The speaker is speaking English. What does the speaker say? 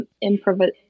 improvisation